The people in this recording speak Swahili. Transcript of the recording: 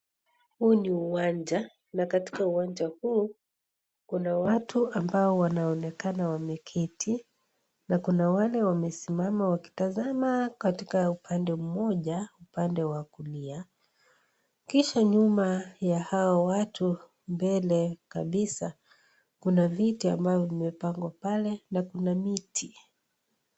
Huu ni uwanja na katika uwanja huu kuna watu ambao wanaonekana wameketi na kuna wale wamesimama wakitazama katika upande mmoja upande wa kulia. Kisha nyuma ya hao watu mbele kabisa kuna viti ambavyo vimepangwa pale na kuna miti.